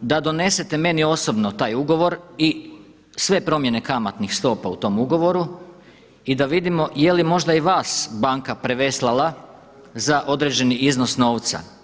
da donesete meni osobno taj ugovor i sve promjene kamatnih stopa u tom ugovoru i da vidimo je li možda i vas banka preveslala za određeni iznos novca.